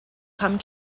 come